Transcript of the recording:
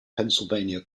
pennsylvania